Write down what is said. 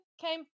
came